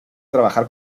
trabajar